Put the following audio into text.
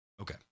Okay